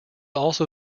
also